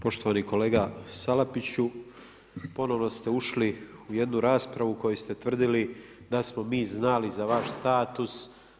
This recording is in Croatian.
Poštovani kolega Salapiću, ponovno ste ušli u jednu raspravu u kojoj ste tvrdili, da smo mi znali za vaš status.